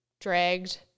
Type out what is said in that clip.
dragged